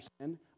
sin